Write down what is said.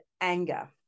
anger